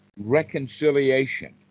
reconciliation